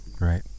Right